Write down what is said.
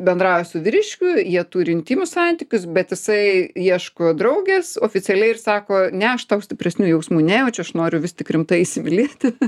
bendrauja su vyriškiu jie turi intymius santykius bet jisai ieško draugės oficialiai ir sako ne aš tau stipresnių jausmų nejaučiu aš noriu vis tik rimtai įsimylėti